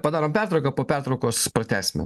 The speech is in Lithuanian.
padarom pertrauką po pertraukos pratęsime